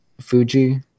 Fuji